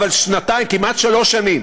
אבל שנתיים, כמעט שלוש שנים